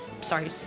Sorry